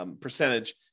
percentage